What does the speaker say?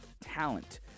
talent